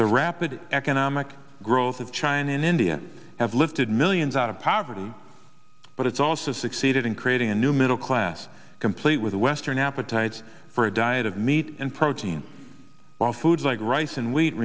the rapid economic growth of china and india have lifted millions out of poverty but it's also succeeded in creating a new middle class complete with western appetites for a diet of meat and protein while foods like rice and w